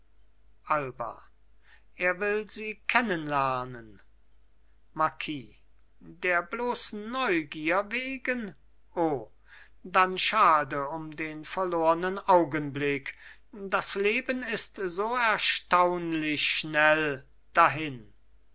alba er will sie kennenlernen marquis der bloßen neugier wegen o dann schade um den verlornen augenblick das leben ist so erstaunlich schnell dahin